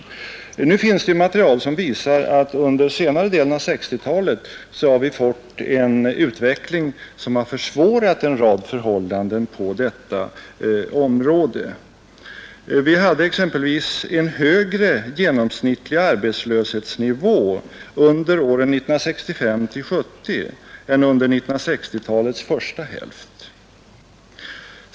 Men nu finns det material som visar att vi under senare delen av 1960-talet har haft en utveckling åt rakt motsatt håll. Vi hade exempelvis en högre genomsnittlig arbetslöshetsnivå under åren 1965—1970 än under 1960-talets första hälft.